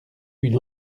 une